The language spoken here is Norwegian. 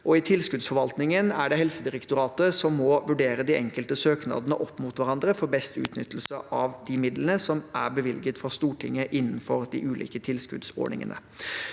i tilskudds forvaltningen er det Helsedirektoratet som må vurdere de enkelte søknadene opp mot hverandre for å få best mulig utnyttelse av de midlene som er bevilget fra Stortinget innenfor de ulike tilskuddsordningene.